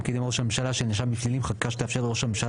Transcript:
קידם ראש ממשלה שנאשם בפלילים חקיקה שתאפשר לראש הממשלה